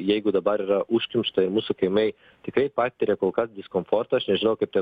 jeigu dabar yra užkimšta mūsų kaimai tikrai patiria kol kas diskomfortą aš nežinau kaip ten